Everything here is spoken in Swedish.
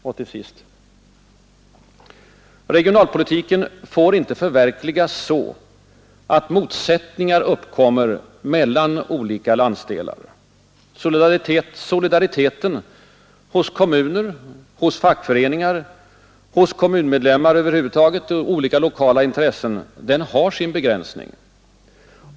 Och till sist. Regionalpolitiken får inte förverkligas så, att motsättningar uppkommer mellan olika landsdelar. Solidariteten hos kommuner, fackföreningar, kommunmedlemmar över huvud taget och olika lokala intressen har sin begränsning.